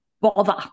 bother